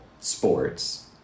sports